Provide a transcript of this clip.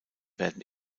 werden